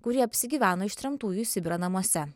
kurie apsigyveno ištremtųjų į sibirą namuose